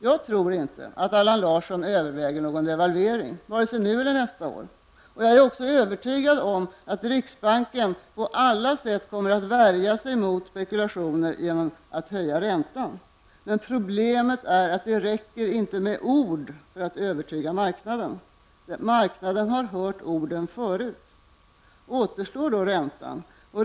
Jag tror inte att Allan Larsson överväger devalvering, varken nu eller nästa år. Jag är också övertygad om att riksbanken på alla sätt kommer att värja sig mot spekulationer genom att höja räntan. Problemet är att det inte räcker med ord för att övertyga marknaden. Marknaden har hört orden förut. Då återstår räntan.